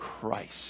Christ